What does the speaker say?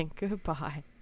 Goodbye